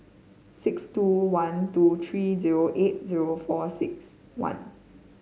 six two one two three zero eight zero four six one